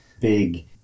big